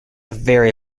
very